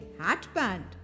hatband